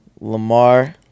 Lamar